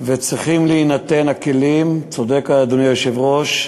וצריכים להינתן הכלים, צודק אדוני היושב-ראש,